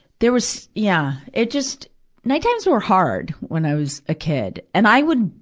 there was, yeah. it just night times were hard when i was a kid. and i would,